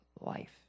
life